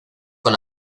con